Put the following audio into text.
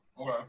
Okay